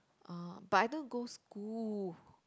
oh but I don't go school